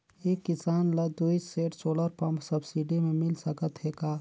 एक किसान ल दुई सेट सोलर पम्प सब्सिडी मे मिल सकत हे का?